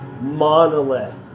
monolith